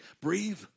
breathe